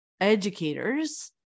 educators